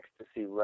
ecstasy